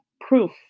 proof